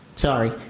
Sorry